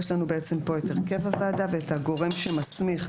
יש לנו בעצם פה את הרכב הוועדה ואת הגורם שמסמיך.